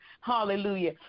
Hallelujah